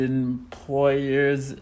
employers